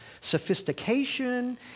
Sophistication